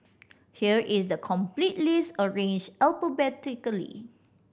here is the complete list arranged alphabetically